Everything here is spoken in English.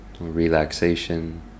Relaxation